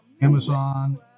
Amazon